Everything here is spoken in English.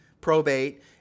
probate